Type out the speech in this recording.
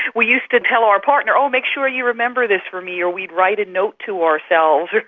we used to tell our partner, oh, make sure you remember this for me or we'd write a note to ourselves,